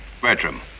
Bertram